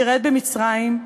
שירת במצרים,